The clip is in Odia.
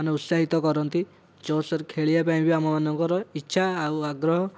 ମାନେ ଉତ୍ସାହିତ କରନ୍ତି ଜୋର୍ ସୋର୍ ଖେଳିବା ପାଇଁ ବି ଆମ ମାନଙ୍କର ଇଛା ଓ ଆଗ୍ରହ